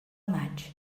maig